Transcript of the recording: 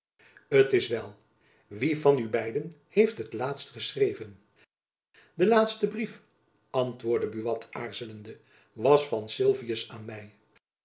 t is wel wie van u beiden heeft het laatst geschreven de laatste brief antwoordde buat aarzelende was van sylvius aan my